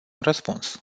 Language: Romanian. răspuns